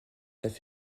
cette